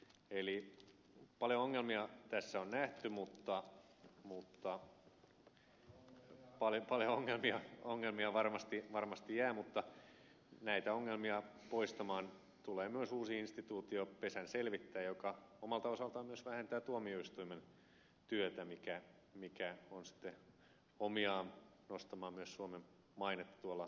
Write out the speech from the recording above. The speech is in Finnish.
eli paljon ongelmia tässä on nähty paljon ongelmia varmasti jää mutta näitä ongelmia poistamaan tulee myös uusi instituutio pesänselvittäjä joka omalta osaltaan myös vähentää tuomioistuimen työtä mikä on sitten omiaan nostamaan myös suomen mainetta tuolla euroopan ihmisoikeustuomioistuimen suunnalla